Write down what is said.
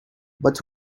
but